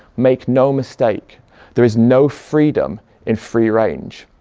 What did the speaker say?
make no mistake there is no freedom in free-range.